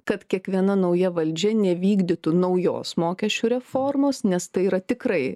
kad kiekviena nauja valdžia nevykdytų naujos mokesčių reformos nes tai yra tikrai